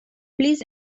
please